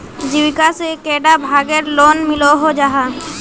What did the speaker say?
जीविका से कैडा भागेर लोन मिलोहो जाहा?